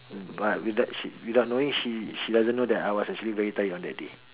but without she without knowing she she doesn't know that I was actually very tired on that day